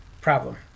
problem